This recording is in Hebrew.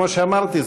כמו שאמרתי,